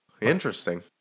Interesting